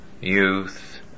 youth